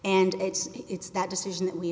and it's it's that decision that we